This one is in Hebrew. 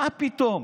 מה פתאום,